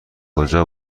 کجا